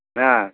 ஆ